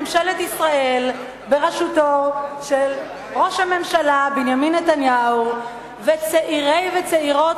ממשלת ישראל בראשותו של בנימין נתניהו וצעירי וצעירות